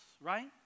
right